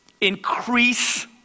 increase